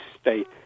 state